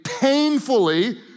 painfully